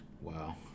wow